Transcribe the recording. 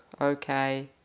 okay